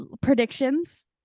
predictions